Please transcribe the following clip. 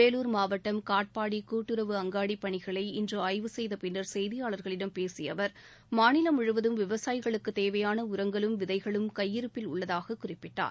வேலூர் மாவட்டம் காட்பாடிகூட்டுறவு அங்காடிபணிகளை இன்றுஆய்வு செய்தபின்னர் செய்தியாளர்களிடம் பேசியஅவர் மாநிலம் முழுவதும் விவசாயிகளுக்குத் தேவையான உரங்களும் விதைகளும் கையிருப்பில் உள்ளதாகக் குறிப்பிட்டார்